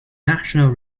national